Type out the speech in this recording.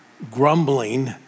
Grumbling